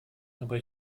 aber